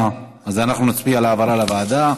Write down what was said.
אז אנחנו נצביע על העברה לוועדה.